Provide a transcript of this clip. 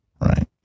right